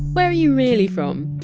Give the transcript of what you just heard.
where are you really from!